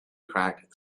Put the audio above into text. cracked